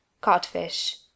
codfish